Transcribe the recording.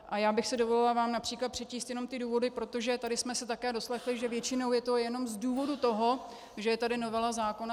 A já bych si dovolila vám například přečíst jenom ty důvody, protože tady jsme se také doslechli, že většinou je to jenom z důvodu toho, že je tady novela zákona 159.